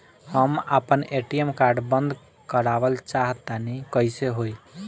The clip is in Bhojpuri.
हम आपन ए.टी.एम कार्ड बंद करावल चाह तनि कइसे होई?